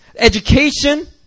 Education